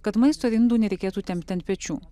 kad maisto ir indų nereikėtų tempti ant pečių